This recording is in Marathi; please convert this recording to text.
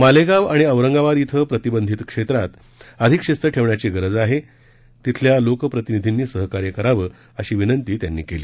मालेगाव आणि औरंगाबाद येथे प्रतिबंधित क्षेत्रात अधिक शिस्त ठेवण्याची गरज आहे तेथील लोक प्रतिनिधीनी सहकार्य करावे अशी विनंती त्यांनी केली